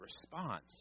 response